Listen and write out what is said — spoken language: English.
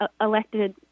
elected